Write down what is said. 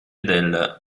del